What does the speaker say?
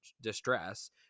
distress